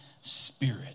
spirit